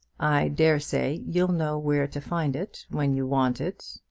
i dare say you'll know where to find it when you want it,